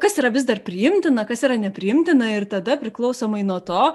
kas yra vis dar priimtina kas yra nepriimtina ir tada priklausomai nuo to